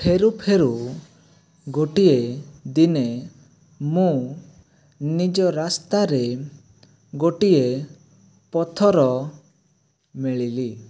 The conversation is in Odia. ଫେରୁ ଫେରୁ ଗୋଟିଏ ଦିନେ ମୁଁ ନିଜ ରାସ୍ତାରେ ଗୋଟିଏ ପଥର ମିଳିଲି